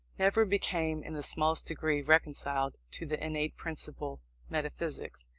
never became in the smallest degree reconciled to the innate-principle metaphysics.